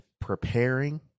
preparing